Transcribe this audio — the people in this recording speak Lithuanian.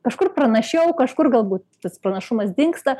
kažkur pranašiau kažkur galbūt tas panašumas dingsta